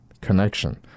connection